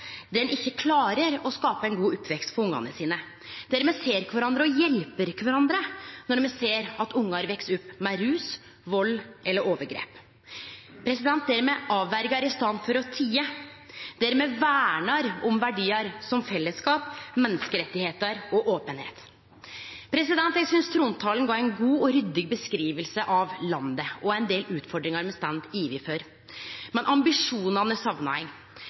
der samfunnet trår til når ein ikkje klarer å skape ein god oppvekst for ungane sine, der me ser kvarandre og hjelper kvarandre når me ser at ungar veks opp med rus, vald eller overgrep, der me avverjar i staden for å teie, der me vernar om verdiar som fellesskap, menneskerettar og openheit. Eg synest trontalen gav ei god og ryddig beskriving av landet og ein del utfordringar me står overfor. Men ambisjonane